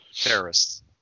Terrorists